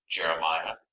Jeremiah